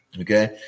Okay